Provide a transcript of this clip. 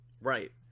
Right